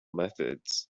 methods